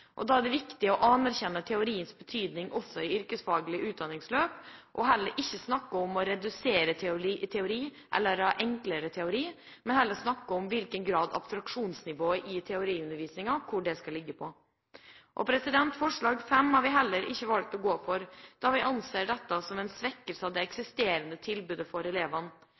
Da er det viktig å anerkjenne teoriens betydning også i yrkesfaglige utdanningsløp og heller ikke snakke om å redusere teori eller ha enklere teori, men heller snakke om hvor abstraksjonsnivået i teoriundervisningen skal ligge. Forslag fem i dokumentet har vi heller ikke valgt å gå for, da vi anser dette som en svekkelse av det eksisterende tilbudet for elevene.